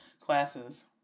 classes